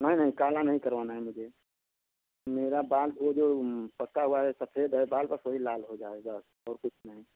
नहीं नहीं काला नहीं करवाना है मुझे मेरा बाल वो जो पका हुआ है सफेद है बाल बस वही लाल हो जाए बस और कुछ नहीं